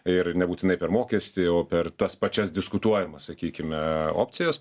ir nebūtinai per mokestį o per tas pačias diskutuojamas sakykime opcijas